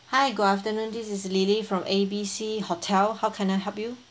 hi good afternoon this is lily from A B C hotel how can I help you